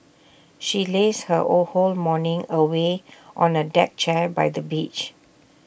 she lazed her all whole morning away on A deck chair by the beach